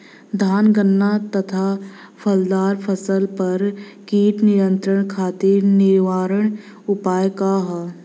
धान गन्ना तथा फलदार फसल पर कीट नियंत्रण खातीर निवारण उपाय का ह?